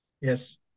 yes